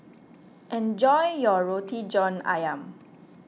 enjoy your Roti John Ayam